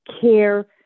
care